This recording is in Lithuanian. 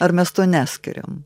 ar mes to neskiriam